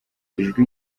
ijwi